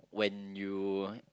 when you